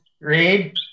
Read